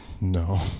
No